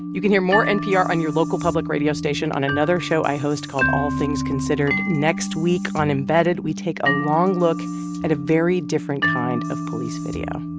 you can hear more npr on your local public radio station on another show i host called all things considered. next week on embedded, we take a long look at a very different kind of police video